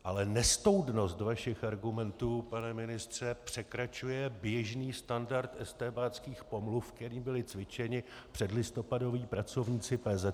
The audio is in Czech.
Ale nestoudnost vašich argumentů, pane ministře, překračuje běžný standard estébáckých pomluv, ke kterým byli cvičeni předlistopadoví pracovníci pézetek.